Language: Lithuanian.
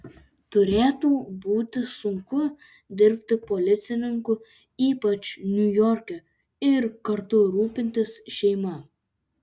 turėtų būti sunku dirbti policininku ypač niujorke ir kartu rūpintis šeima